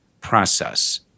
process